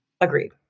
Agreed